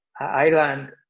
Island